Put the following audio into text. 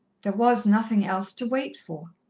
there was nothing else to wait for.